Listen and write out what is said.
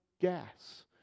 gas